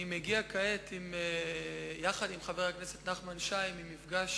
אני מגיע כעת יחד עם חבר הכנסת נחמן שי ממפגש